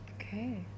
Okay